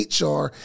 HR